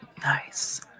nice